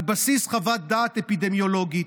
על בסיס חוות דעת אפידמיולוגית,